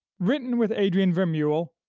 written with adrian vermeule,